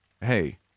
Hey